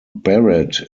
barrett